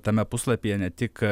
tame puslapyje ne tik